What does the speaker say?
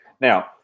Now